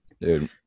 Dude